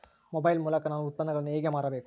Mobile ಮೂಲಕ ನಾನು ಉತ್ಪನ್ನಗಳನ್ನು ಹೇಗೆ ಮಾರಬೇಕು?